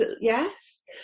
yes